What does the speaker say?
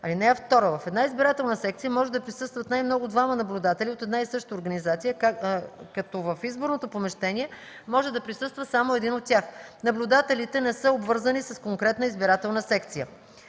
процес. (2) В една избирателна секция може да присъстват най-много двама наблюдатели от една и съща организация, като в изборното помещение може да присъства само един от тях. Наблюдателите не са обвързани с конкретна избирателна секция.